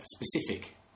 specific